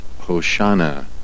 Hoshana